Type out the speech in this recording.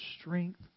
strength